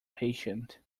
patient